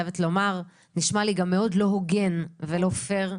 ונשמע לי גם מאוד לא הוגן ולא פייר,